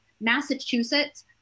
Massachusetts